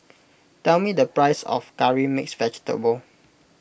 tell me the price of Curry Mixed Vegetable